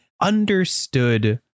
understood